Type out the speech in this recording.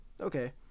Okay